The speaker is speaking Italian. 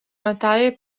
notare